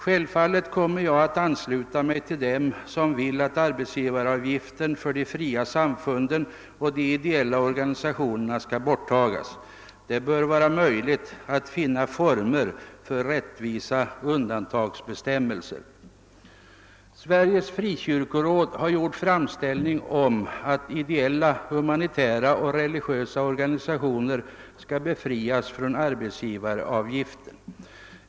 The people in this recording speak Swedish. Självfallet kommer jag att ansluta mig till dem som vill att arbetsgivaravgiften för de fria samfunden och de ideella organisationerna skall borttagas. Det bör vara möjligt att finna former för rättvisa undantagsbestämmelser. Sveriges frikyrkoråd har gjort framställning om att ideella humanitära och religiösa organisationer skall befrias från arbetsgivaravgiften.